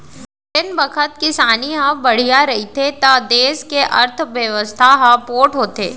जेन बखत किसानी ह बड़िहा रहिथे त देस के अर्थबेवस्था ह पोठ होथे